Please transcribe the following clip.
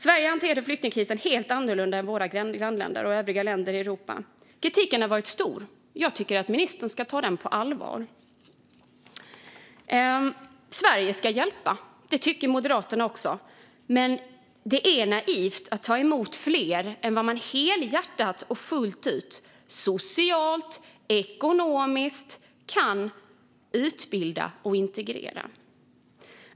Sverige hanterade flyktingkrisen helt annorlunda än våra grannländer och övriga länder i Europa. Kritiken har varit stor, och jag tycker att ministern ska ta den på allvar. Sverige ska hjälpa - och det tycker också Moderaterna. Men det är naivt att ta emot fler än vad man helhjärtat och fullt ut, socialt, ekonomiskt, kan utbilda och integrera.